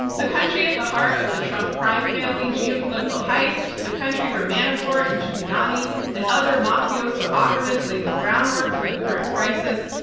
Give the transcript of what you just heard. the country at the heart of the trump crime family geopolitical heist, the country where manafort and giuliani and other mafioso operatives laid the groundwork for the current crisis,